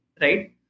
right